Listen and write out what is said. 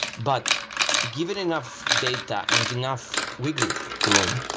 but given enough data and enough wiggle room,